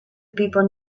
people